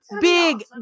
big